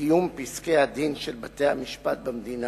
בקיום פסקי-הדין של בתי-המשפט במדינה,